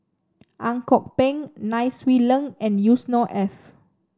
Ang Kok Peng Nai Swee Leng and Yusnor Ef